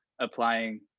applying